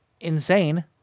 insane